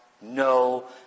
no